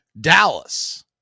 Dallas